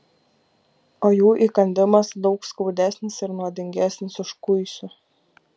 o jų įkandimas daug skaudesnis ir nuodingesnis už kuisių